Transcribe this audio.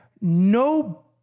no